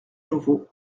nouveau